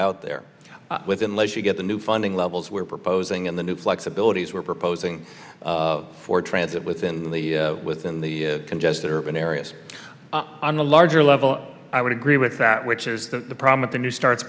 out there with unless you get the new funding levels we're proposing in the new flexibilities we're proposing for transit within the within the congested urban areas on the larger level i would agree with that which is the problem of the new starts